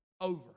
Over